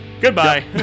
Goodbye